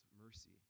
mercy